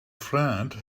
friend